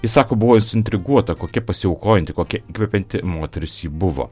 ji sako buvo suintriguota kokia pasiaukojanti kokia įkvepianti moteris ji buvo